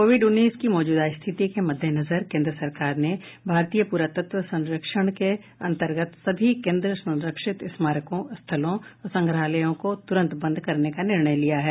Covid उन्नीस की मौजूदा स्थिति के मद्देनजर केंद्र सरकार ने भारतीय पुरातत्व सर्वेक्षण के अंतर्गत सभी केंद्र संरक्षित स्मारकों स्थलों और संग्रहालयों को तुरंत बंद करने का निर्णय लिया है